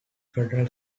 federal